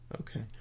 Okay